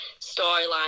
storyline